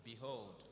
Behold